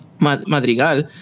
Madrigal